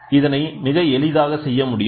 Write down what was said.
இதனை மிக எளிதாக செய்ய முடியும்